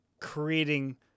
creating